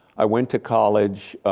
i went to college,